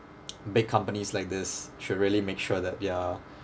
big companies like this should really make sure that their